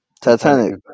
Titanic